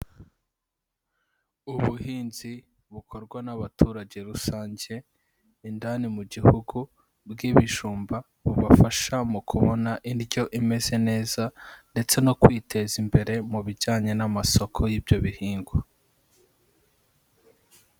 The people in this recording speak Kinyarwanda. Ubuhinzi bukorwa n'abaturage rusange, indani mu gihugu, bw'ibijumba. Bubafasha mu kubona indyo imeze neza, ndetse no kwiteza imbere mu bijyanye n'amasoko y'ibyo bihingwa.